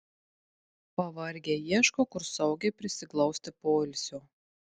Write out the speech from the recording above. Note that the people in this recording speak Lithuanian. pavargę ieško kur saugiai prisiglausti poilsio